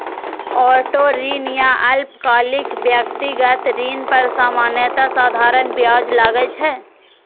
auto ऋण या अल्पकालिक व्यक्तिगत ऋण पर सामान्यतः साधारण ब्याज लागै छै